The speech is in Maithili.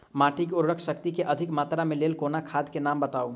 माटि मे उर्वरक शक्ति केँ अधिक मात्रा केँ लेल कोनो खाद केँ नाम बताऊ?